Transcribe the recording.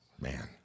man